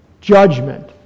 Judgment